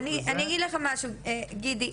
אני אגיד לך משהו גידי,